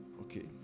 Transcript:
Okay